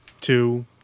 two